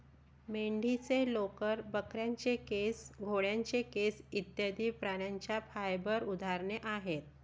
मेंढीचे लोकर, बकरीचे केस, घोड्याचे केस इत्यादि प्राण्यांच्या फाइबर उदाहरणे आहेत